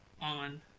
on